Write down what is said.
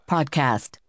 Podcast